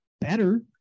better